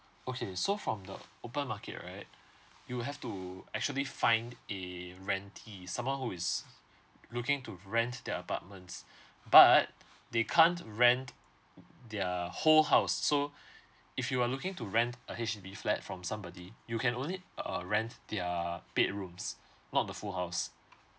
okay so from the open market right you have to actually find the rentier someone who is looking to rent their apartments but they can't rent their whole house so if you are looking to rent a H_D_B flat from somebody you can only uh rent their bedrooms not the full house